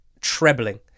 trebling